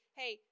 hey